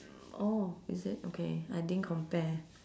mm oh is it okay I didn't compare